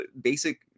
basic